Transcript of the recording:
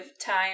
time